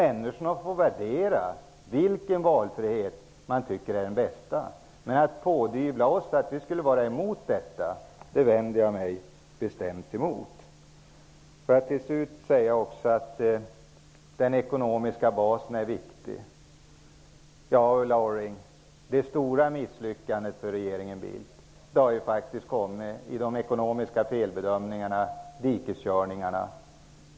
Människorna får värdera vilken valfrihet de tycker är bäst. Jag vänder mig bestämt emot att man pådyvlar oss uppfattningen att vi skulle vara emot valfrihet. Den ekonomiska basen är viktig. Ja, Ulla Orring, det stora misslyckandet för regeringen Bildt är de ekonomiska felbedömningarna och dikeskörningarna.